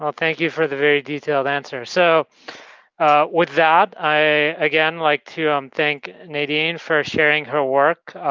um thank you for the very detailed answer. so with that, i again like to um thank nadine for sharing her work,